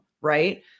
right